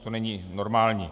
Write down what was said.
To není normální.